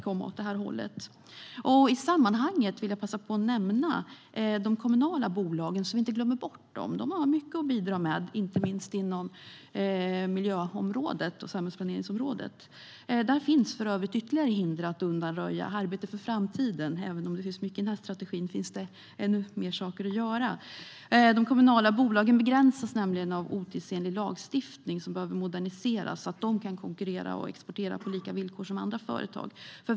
Vi får inte glömma de kommunala bolagen. De har mycket att bidra med, inte minst på miljöområdet och inom samhällsplaneringen. Här finns för övrigt ytterligare hinder att undanröja. Även om det finns mycket bra i denna strategi finns det fler saker att göra. De kommunala bolagen begränsas nämligen av otidsenlig lagstiftning som behöver moderniseras så att de kan konkurrera och exportera på lika villkor som andra företag.